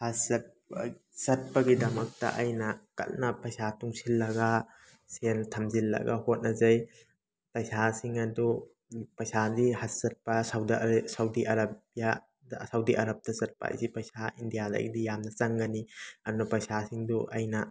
ꯍꯖ ꯆꯠꯄ ꯆꯠꯄꯒꯤꯗꯃꯛꯇ ꯑꯩꯅ ꯀꯟꯅ ꯄꯩꯁꯥ ꯇꯨꯡꯁꯜꯂꯒ ꯁꯦꯜ ꯊꯝꯖꯤꯜꯂꯒ ꯍꯣꯠꯅꯖꯩ ꯄꯩꯁꯥꯁꯤꯡ ꯑꯗꯨ ꯄꯩꯁꯥꯗꯤ ꯍꯖ ꯆꯠꯄ ꯁꯥꯎꯗ ꯁꯥꯎꯗꯤ ꯑꯔꯕꯤꯌꯥꯗ ꯁꯥꯎꯗꯤ ꯑꯔꯕꯇ ꯆꯠꯄ ꯍꯥꯏꯁꯦ ꯄꯩꯁꯥ ꯏꯟꯗꯤꯌꯥꯗꯒꯤꯗꯤ ꯌꯥꯝꯅ ꯆꯪꯒꯅꯤ ꯑꯗꯨꯅ ꯄꯩꯁꯥꯁꯤꯡꯗꯨ ꯑꯩꯅ